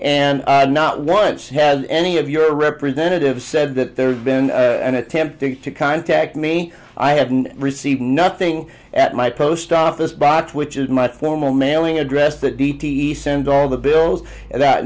and not once had any of your representative said that there's been an attempt to contact me i haven't received nothing at my post office box which is my formal mailing address the d t e send all the bills that